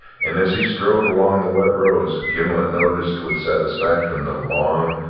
and as he strode along the wet roads gimblet noted with satisfaction the long,